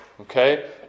Okay